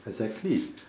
exactly